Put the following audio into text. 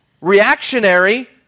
reactionary